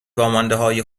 واماندههای